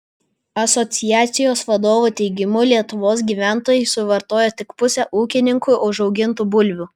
asociacijos vadovų teigimu lietuvos gyventojai suvartoja tik pusę ūkininkų užaugintų bulvių